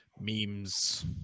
Memes